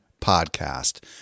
Podcast